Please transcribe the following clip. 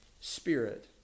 Spirit